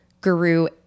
guru